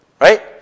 Right